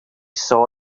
saw